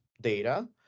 data